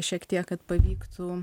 šiek tiek kad pavyktų